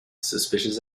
suspicious